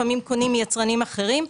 לפעמים קונים מיצרנים אחרים.